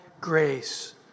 grace